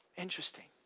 interesting.